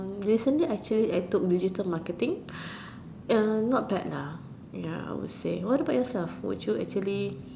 recently actually I took digital marketing not bad ya I would say what about yourself would you actually